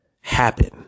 happen